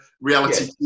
reality